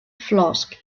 flask